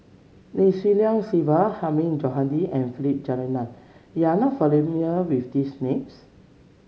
Lim Swee Lian Sylvia Hilmi Johandi and Philip Jeyaretnam you are not with these names